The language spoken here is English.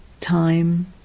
time